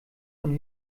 von